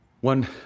One